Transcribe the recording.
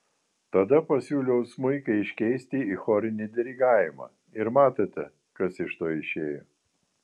tada pasiūliau smuiką iškeisti į chorinį dirigavimą ir matote kas iš to išėjo